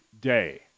day